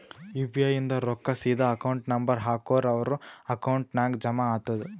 you P I ಇಂದ್ ರೊಕ್ಕಾ ಸೀದಾ ಅಕೌಂಟ್ ನಂಬರ್ ಹಾಕೂರ್ ಅವ್ರ ಅಕೌಂಟ್ ನಾಗ್ ಜಮಾ ಆತುದ್